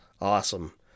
Awesome